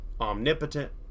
omnipotent